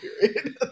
period